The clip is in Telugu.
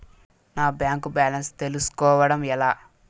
నా బ్యాంకు బ్యాలెన్స్ తెలుస్కోవడం ఎలా?